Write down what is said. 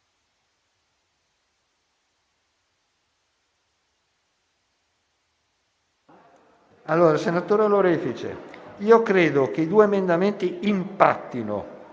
FFP2. Senatore Lorefice, credo che i due emendamenti impattino;